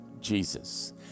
Jesus